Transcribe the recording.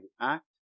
act